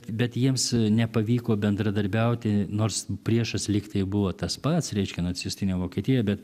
bet jiems nepavyko bendradarbiauti nors priešas lygtai buvo tas pats reiškia nacistinė vokietija bet